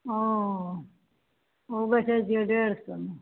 ओ ओ बेचै छियै डेढ़ सएमे